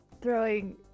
throwing